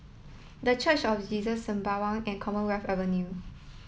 the Church of Jesus Sembawang and Commonwealth Avenue